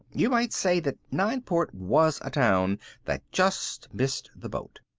you might say that nineport was a town that just missed the boat.